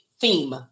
theme